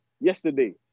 yesterday